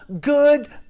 good